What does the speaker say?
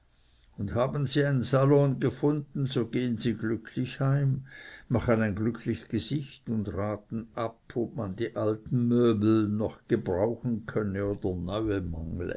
und haben sie einen salon gefunden so gehen sie glücklich heim machen ein glücklich gesicht und raten ab ob man die alten meublen noch brauchen könne oder